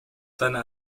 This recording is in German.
seine